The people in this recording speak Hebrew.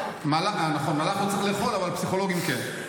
נכון, מלאך לא צריך לאכול, אבל פסיכולוגים כן.